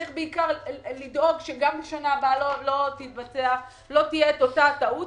צריך לדאוג שגם בשנה שעברה לא תקרה אותה טעות.